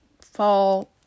fall